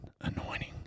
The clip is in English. anointing